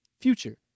future